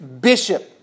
bishop